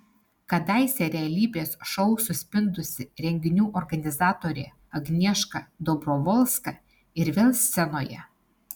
kadaise realybės šou suspindusi renginių organizatorė agnieška dobrovolska ir vėl scenoje